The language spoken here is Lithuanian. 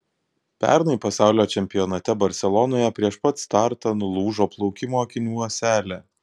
pernai pasaulio čempionate barselonoje prieš pat startą nulūžo plaukimo akinių ąselė